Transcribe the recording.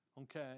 okay